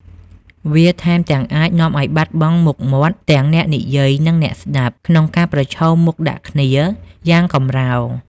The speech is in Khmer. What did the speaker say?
វាថែមទាំង អាចនាំឱ្យបាត់បង់មុខមាត់ទាំងអ្នកនិយាយ និងអ្នកស្តាប់ ក្នុងការប្រឈមមុខដាក់គ្នាយ៉ាងកម្រោល។